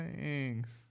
thanks